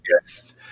yes